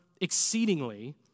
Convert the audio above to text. exceedingly